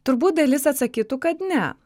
turbūt dalis atsakytų kad ne